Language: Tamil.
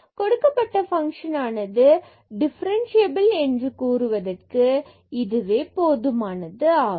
கொடுக்கப்பட்ட பங்க்ஷன் ஆனது டிஃபரன்ஸ்சியபில் என்று கூறுவதற்கு இதுவே போதுமானது ஆகும்